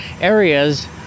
areas